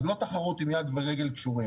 אז לא תחרות עם יד ורגל קשורים,